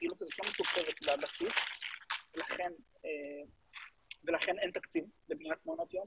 הפעילות הזאת לא מתוקצבת בבסיס ולכן אין תקציב לבניית מעונות יום.